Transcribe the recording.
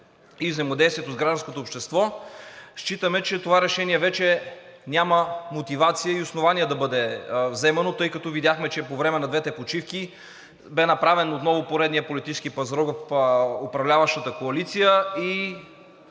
и взаимодействието с гражданското общество, считаме, че това решение вече няма мотивация и основания да бъде вземано, тъй като видяхме, че по време на двете почивки отново беше направен поредният политически пазарлък в управляващата коалиция и